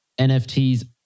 NFTs